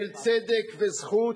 של צדק וזכות,